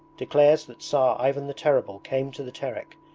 declares that tsar ivan the terrible came to the terek,